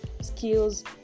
skills